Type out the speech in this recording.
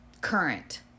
current